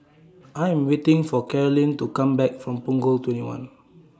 I Am waiting For Carolynn to Come Back from Punggol twenty one